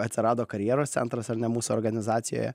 atsirado karjeros centras ar ne mūsų organizacijoje